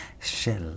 shell